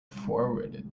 forwarded